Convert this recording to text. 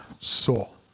soul